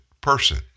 person